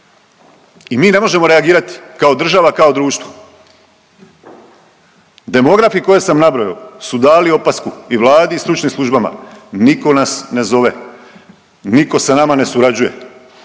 I mi ne možemo reagirati kao država, kao društvo. Demografi koje sam nabrojao su dali opasku i Vladi i stručnim službama, nitko nas ne zove, nitko sa nama ne surađuje